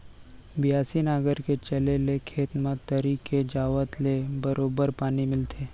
बियासी नांगर के चले ले खेत म तरी के जावत ले बरोबर पानी मिलथे